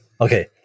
okay